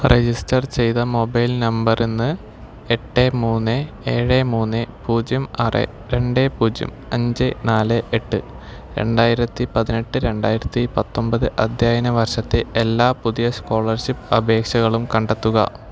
register ചെയ്ത mobile നമ്പറിൽ നിന്ന് എട്ട് മൂന്ന് ഏഴ് മൂന്ന് പൂജ്യം ആറ് രണ്ട് പൂജ്യം അഞ്ച് നാല് എട്ട് രണ്ടായിരത്തി പതിനെട്ട് രണ്ടായിരത്തി പത്തൊൻപത് അധ്യയന വർഷത്തെ എല്ലാ പുതിയ സ്കോളർഷിപ്പ് അപേക്ഷകളും കണ്ടെത്തുക